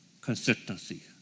consistency